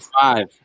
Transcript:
five